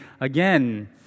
again